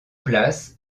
place